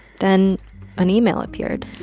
then an email appeared.